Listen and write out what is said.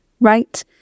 right